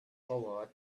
forward